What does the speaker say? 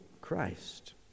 Christ